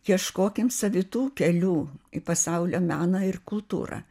ieškokim savitų kelių į pasaulio meną ir kultūrą